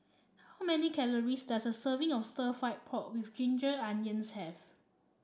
how many calories does a serving of stir fry pork with Ginger Onions have